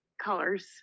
colors